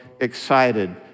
excited